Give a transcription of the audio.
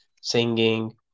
singing